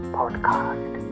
podcast